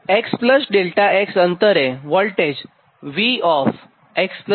xΔx અંતરે voltage VxΔx હશે